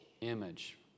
image